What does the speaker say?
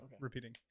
Repeating